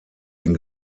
den